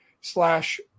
slash